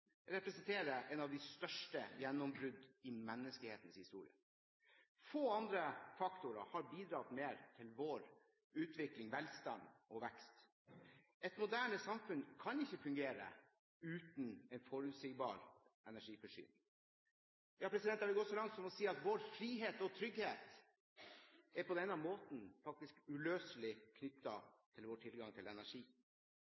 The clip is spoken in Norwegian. representerer et av de største gjennombruddene i menneskehetens historie. Få andre faktorer har bidratt mer til vår utvikling, velstand og vekst. Et moderne samfunn kan ikke fungere uten en forutsigbar energiforsyning. Jeg vil gå så langt som å si at vår frihet og trygghet på denne måten faktisk